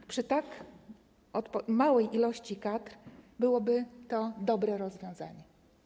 Bo przy tak małej ilości kadr byłoby to dobre rozwiązanie.